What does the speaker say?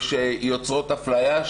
שיוצרות אפליה.